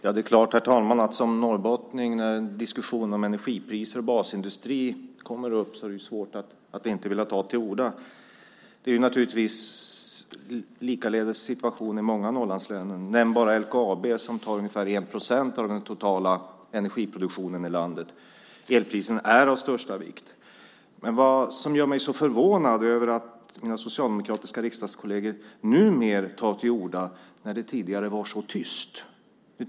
Herr talman! Det är klart att man som norrbottning vill ta till orda när energipriser och basindustri kommer upp. Situationen är naturligtvis densamma i många av Norrlandslänen. Vi kan nämna LKAB som förbrukar ungefär 1 procent av den totala energiproduktionen i landet. Elpriserna är av största vikt. Jag blir ändå förvånad över att mina socialdemokratiska riksdagskolleger, som tidigare var så tysta, tar till orda nu.